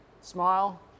Smile